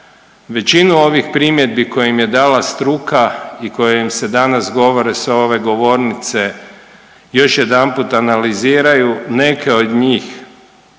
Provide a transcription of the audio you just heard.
većinu ovih primjedbi koju im je dala struka i koja im se danas govore sa ove govornice još jedanput analiziraju. Neke od njih,